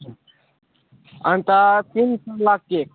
अन्त तिन तोला केक